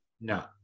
No